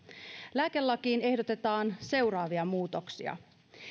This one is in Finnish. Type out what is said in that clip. lääkelakiin ehdotetaan seuraavia muutoksia